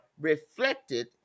reflected